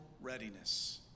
readiness